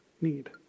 need